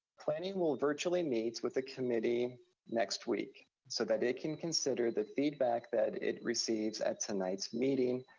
planning will virtually meet with the committee next week so that it can consider the feedback that it receives at tonight's meeting,